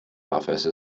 office